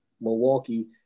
Milwaukee